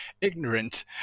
ignorant